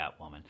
Catwoman